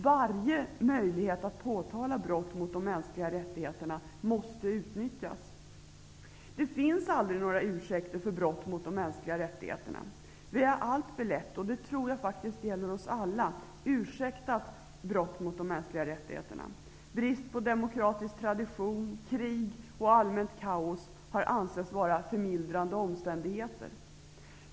Varje möjlighet att påtala brott mot de mänskliga rättigheterna måste utnyttjas. Det finns aldrig några ursäkter för brott mot de mänskliga rättigheterna. Vi har -- och det tror jag faktiskt gäller oss alla -- alltför lätt ursäktat brott mot de mänskliga rättigheterna. Brist på demokratisk tradition, krig och allmänt kaos har ansetts vara förmildrande omständigheter.